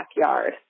backyard